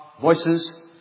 Voices